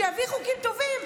שיביא חוקים טובים,